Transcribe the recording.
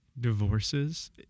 divorces